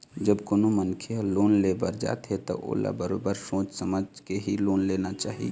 जब कोनो मनखे ह लोन ले बर जाथे त ओला बरोबर सोच समझ के ही लोन लेना चाही